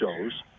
shows